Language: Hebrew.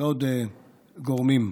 ועוד גורמים.